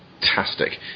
Fantastic